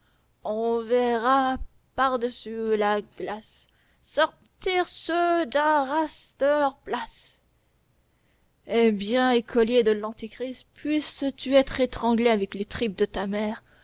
on verra par-dessus la glace sortir ceux d'arras de leur place eh bien écolier de l'antechrist puisses-tu être étranglé avec les tripes de ta mère